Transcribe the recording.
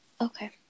Okay